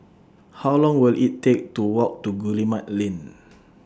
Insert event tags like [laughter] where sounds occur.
How Long Will IT Take to Walk to Guillemard Lane [noise]